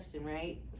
right